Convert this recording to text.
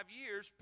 years